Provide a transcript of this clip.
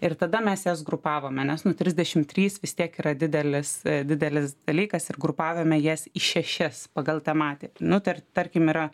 ir tada mes jas grupavome nes nu trisdešimt trys vis tiek yra didelis didelis dalykas ir grupavome jas į šešias pagal tematiką nu tar tarkim yra